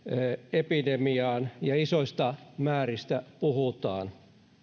epidemiaan ja isoista määristä puhutaan